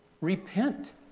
Repent